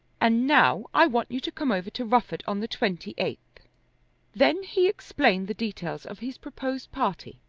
and now i want you to come over to rufford on the twenty-eighth. then he explained the details of his proposed party,